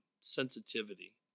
sensitivity